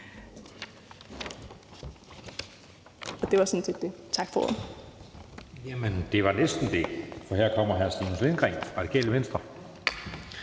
Det var sådan det. Tak for ordet.